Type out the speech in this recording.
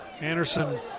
Anderson